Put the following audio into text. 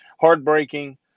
heartbreaking